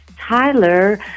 Tyler